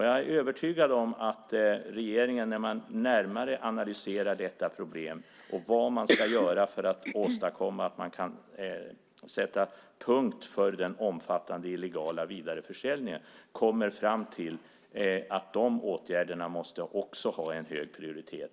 Jag är övertygad om att regeringen, när man närmare analyserar detta problem och vad man ska göra för att åstadkomma att man kan sätta punkt för den omfattande illegala vidareförsäljningen, kommer fram till att dessa åtgärder också måste ha en hög prioritet.